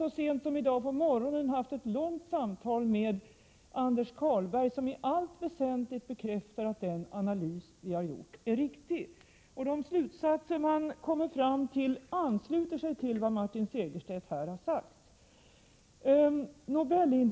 Så sent som i morse har jag haft ett långt samtal med Anders Carlberg. Han bekräftar i allt väsentligt att den analys som vi har gjort är riktig. De slutsatser som kan dras ansluter till vad Martin Segerstedt här har sagt.